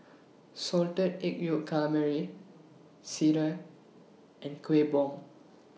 Salted Egg Yolk Calamari Sireh and Kuih Bom